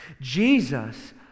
Jesus